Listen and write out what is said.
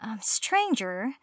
stranger